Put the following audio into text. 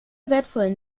wertvollen